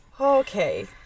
Okay